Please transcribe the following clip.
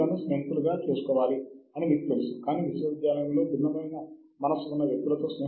కానీ రెండింటిని పోల్చడానికి ఇది మీకు ఒక సాపేక్ష భావాన్ని ఇస్తుంది